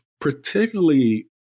particularly